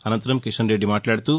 అనంతరం కిషన్ రెడ్డి మాట్లాడుతూ